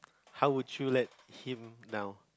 how would you let him know